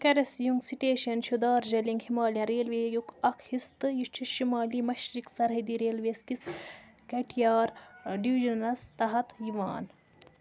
Kurseong station چھُ Darjeeling Himalayan railway یُک اَکھ حصہٕ تہٕ چھُ شُمالی مشرق سرحدی ریلوے کِس کٹیہار ڈویجنَس تحت یِوان